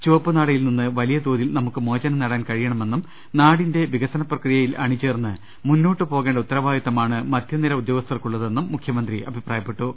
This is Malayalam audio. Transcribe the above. ചുവപ്പ് നാടയിൽ നിന്ന് വലിയ തോതിൽ നമുക്ക് മോചനം നേടാൻ കഴിയണമെന്നും നാടിന്റെ വികസന പ്രക്രി യയിൽ അണിചേർന്ന് മുന്നോട്ട് പോകേണ്ട ഉത്തരവാദിത്തമാണ് മധ്യ നിര ഉദ്യോഗസ്ഥർക്കുള്ളതെന്നും മുഖ്യമന്ത്രി അഭിപ്രായപ്പെട്ടു